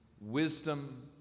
wisdom